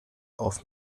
auf